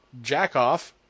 Jackoff